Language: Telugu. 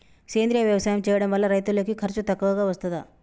సేంద్రీయ వ్యవసాయం చేయడం వల్ల రైతులకు ఖర్చు తక్కువగా వస్తదా?